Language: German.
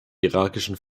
irakischen